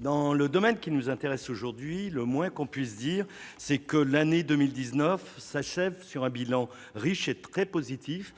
dans le domaine qui nous intéresse aujourd'hui, le moins que l'on puisse dire, c'est que l'année 2019 s'achève sur un bilan riche et très positif.